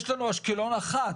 יש לנו אשקלון אחת,